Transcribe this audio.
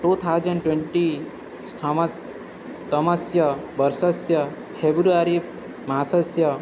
two thousand twenty तमस्य तमस्य वर्षस्य फ़ेब्रुवरी मासस्य